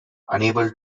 unable